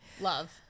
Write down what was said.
love